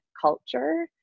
culture